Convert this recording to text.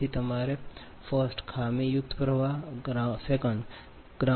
04 p